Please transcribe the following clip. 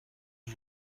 que